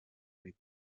nit